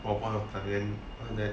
我 kind of 可怜 all that